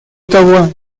того